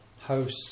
house